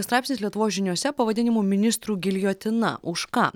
straipsnis lietuvos žiniose pavadinimu ministrų giljotina už ką